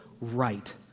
right